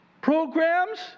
Programs